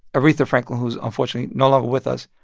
aretha franklin, who is unfortunately, no longer with us.